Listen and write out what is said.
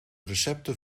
recepten